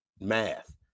math